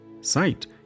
Sight